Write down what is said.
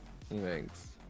Thanks